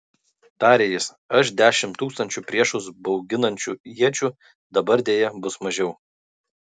tarė jis aš dešimt tūkstančių priešus bauginančių iečių dabar deja bus mažiau